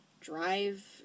drive